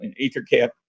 EtherCAT